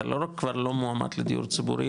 אתה לא רק כבר לא מועמד לדיור ציבור,